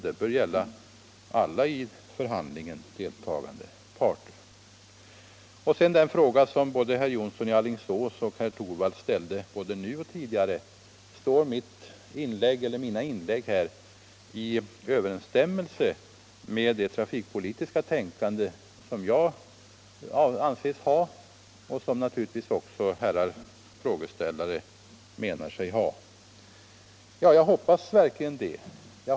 Det bör gälla alla i förhandlingen deltagande parter. Så till den fråga som både herr Jonsson i Alingsås och herr Torwald ställt, både nu och tidigare. De har frågat om mina inlägg här står i överensstämmelse med det trafikpolitiska tänkande som jag anses ha och som naturligtvis herrar frågeställare menar sig ha. Jag hoppas verkligen det.